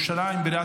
חרבות ברזל)